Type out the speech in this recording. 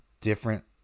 different